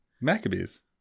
Maccabees